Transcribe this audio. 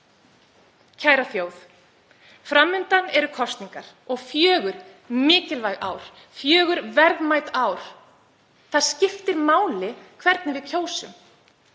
Kæra þjóð. Fram undan eru kosningar og fjögur mikilvæg ár, fjögur verðmæt ár. Það skiptir máli hvernig við kjósum.